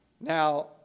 Now